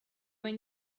when